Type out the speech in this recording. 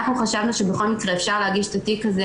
אנחנו חשבנו שבכל מקרה אפשר להגיד את התיק הזה